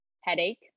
headache